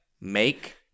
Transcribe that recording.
make